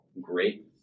great